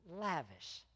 lavish